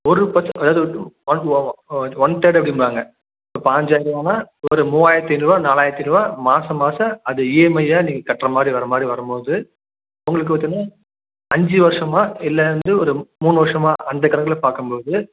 ஒரு one third அப்படிம்பாங்க பைஞ்சாயரூவான்னா ஒரு மூவாயிரத்து ஐநூறுரூவா நாலாயிரத்து ஐநூறுரூவா மாத மாதம் அது ஈஎம்ஐயாக நீங்கள் கட்டுற மாதிரி வர மாதிரி வரும்போது உங்களுக்கு பார்த்தீனா அஞ்சு வருஷமா இல்லை வந்து ஒரு மூணு வருஷமா அந்த கணக்கில் பார்க்கும்போது